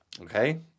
Okay